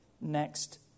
next